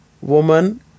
woman